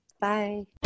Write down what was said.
bye